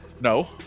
No